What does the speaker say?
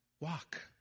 Walk